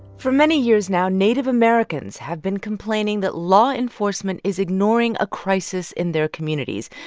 for many years now, native americans have been complaining that law enforcement is ignoring a crisis in their communities.